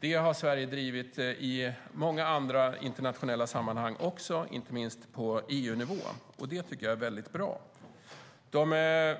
Det har Sverige drivit också i många andra internationella sammanhang, inte minst på EU-nivå. Det tycker jag är bra. De